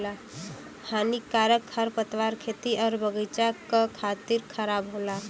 हानिकारक खरपतवार खेती आउर बगईचा क खातिर खराब होला